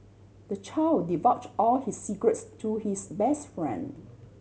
the child divulge all his secrets to his best friend